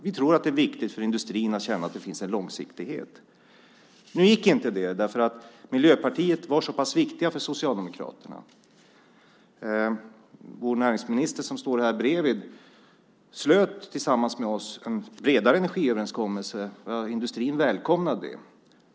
Vi tror att det för industrin är viktigt med en långsiktighet. Nu gick inte det eftersom Miljöpartiet var så pass viktiga för Socialdemokraterna. Vår näringsminister slöt tillsammans med oss en bredare energiöverenskommelse, och industrin välkomnade det.